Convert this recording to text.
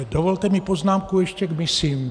Dovolte mi poznámku ještě k misím.